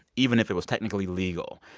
even if it was technically legal.